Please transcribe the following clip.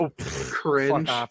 Cringe